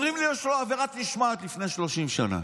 אומרים לי: יש לו עבירת משמעת מלפני 30 שנה.